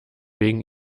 wegen